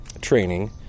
training